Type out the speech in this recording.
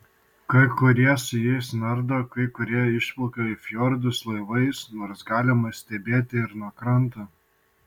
kai kurie su jais nardo kai kurie išplaukia į fjordus laivais nors galima stebėti ir nuo kranto